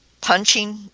punching